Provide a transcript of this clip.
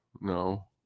no